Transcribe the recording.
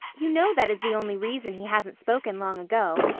you know that is the only reason he hasn't spoken long ago.